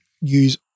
use